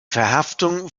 verhaftung